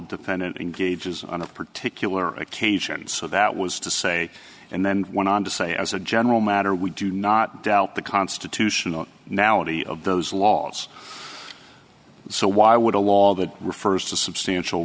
defendant engages on a particular occasion so that was to say and then went on to say as a general matter we do not doubt the constitutional now any of those laws so why would a law that refers to substantial